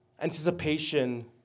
anticipation